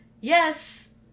yes